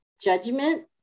judgment